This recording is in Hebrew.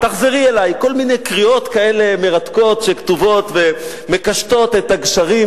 תחזרי אלי" כל מיני קריאות כאלה מרתקות שכתובות ומקשטות את הגשרים